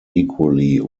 equally